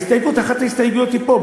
ההסתייגות, אחת ההסתייגויות היא פה.